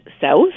south